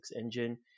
engine